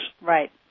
Right